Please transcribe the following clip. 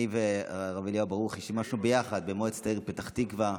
אני והרב אליהו ברוכי שימשנו יחד במועצת העיר פתח תקווה,